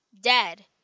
dead